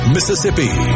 Mississippi